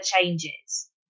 changes